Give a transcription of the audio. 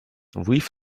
weave